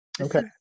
Okay